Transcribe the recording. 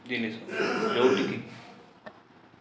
ଜିନିଷ ଯେଉଁଠି କି